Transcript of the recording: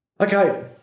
Okay